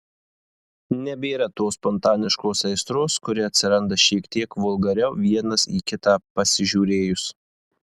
nebėra tos spontaniškos aistros kuri atsiranda šiek tiek vulgariau vienas į kitą pasižiūrėjus